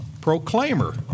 proclaimer